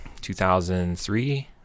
2003